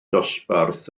dosbarth